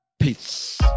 Peace